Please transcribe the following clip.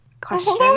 question